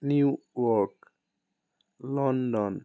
New York London